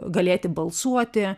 galėti balsuoti